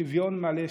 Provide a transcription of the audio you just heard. שוויון מלא,